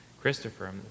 Christopher